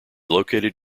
located